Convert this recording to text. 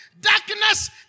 darkness